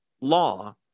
law